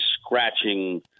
scratching